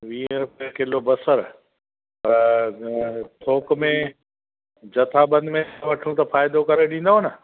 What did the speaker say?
वीह रुपया किलो बसरि पर हींअर थोक में जथाबन में वठूं त फ़ाइदो करे ॾींदो ना